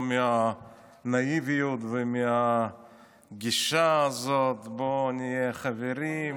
מהנאיביות ומהגישה הזאת: בואו נהיה חברים.